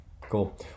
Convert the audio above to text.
Cool